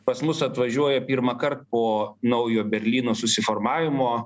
pas mus atvažiuoja pirmąkart po naujo berlyno susiformavimo